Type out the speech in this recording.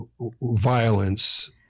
violence